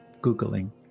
Googling